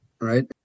Right